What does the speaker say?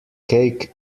cake